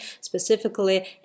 specifically